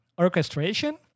orchestration